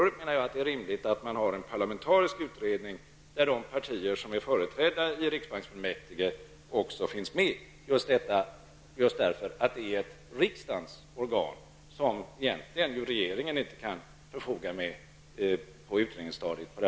Då menar jag att det är rimligt att det tillsätts en parlamentarisk utredning där de partier som är företrädda i riksbanksfullmäktige också finns med. Det är ju ett riksdagens organ som regeringen egentligen inte kan förfoga över på utredningsstadiet.